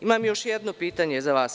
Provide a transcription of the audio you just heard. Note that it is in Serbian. Imam još jedno pitanje za vas.